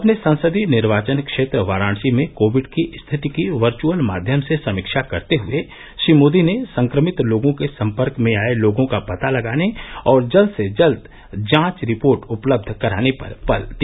अपने संसदीय निर्वाचन क्षेत्र वाराणसी में कोविड की स्थिति की वर्वअल माध्यम से समीक्षा करते हए श्री मोदी ने संक्रमित लोगों के संपर्क में आये लोगों का पता लगाने और जल्द से जल्द जांच रिपोर्ट उपलब्ध कराने पर बल दिया